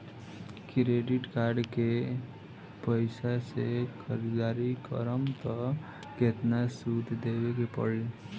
Credit card के पैसा से ख़रीदारी करम त केतना सूद देवे के पड़ी?